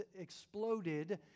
exploded